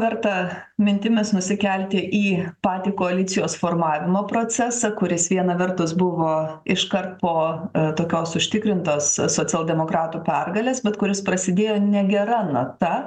verta mintimis nusikelti į patį koalicijos formavimo procesą kuris viena vertus buvo iškart po tokios užtikrintos socialdemokratų pergalės bet kuris prasidėjo negera nata